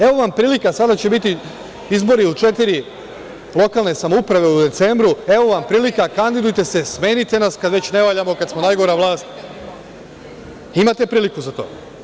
Evo vam prilika, sada će biti izbori u četiri lokalne samouprave u decembru, evo vam prilika, kandidujte se, smenite nas kad već ne valjamo, kad smo najgora vlast, imate priliku za to.